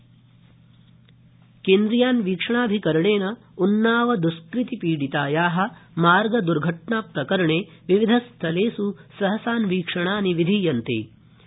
केअअउन्नाव केन्द्रीयान्वीक्षणाभिकरणेन उन्नव द्ष्कृति पीडिताया मार्गद्र्घटनाप्रकरणे विविधस्थलेष् सहसान्वीक्षणानि विधीयन्ते